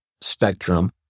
spectrum